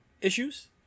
issues